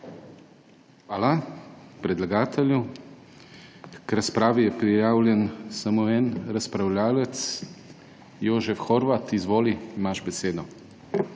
Hvala predlagatelju. K razpravi je prijavljen samo en razpravljavec. Jožef Horvat, izvoli, imaš besedo.